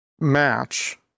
match